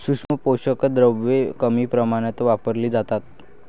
सूक्ष्म पोषक द्रव्ये कमी प्रमाणात वापरली जातात